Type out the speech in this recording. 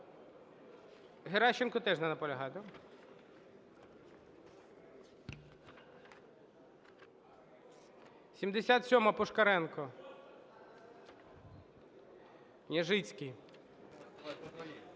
Геращенко теж не наполягає, да? 77-а, Пушкаренко. Княжицький.